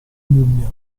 mummia